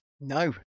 No